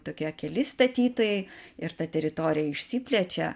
tokie keli statytojai ir ta teritorija išsiplečia